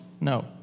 No